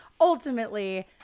ultimately